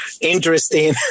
interesting